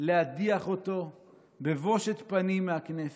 להדיח אותו בבושת פנים מהכנסת,